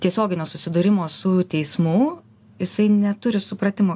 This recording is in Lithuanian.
tiesioginio susidūrimo su teismu jisai neturi supratimo